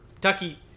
Tucky